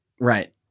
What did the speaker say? Right